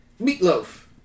Meatloaf